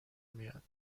میاد